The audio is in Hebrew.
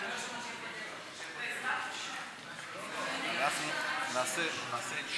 התשע"ח 2018, נתקבל.